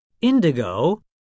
indigo